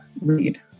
read